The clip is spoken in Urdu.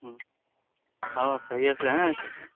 ہاں خیریت سے ہیں ارشد بھائی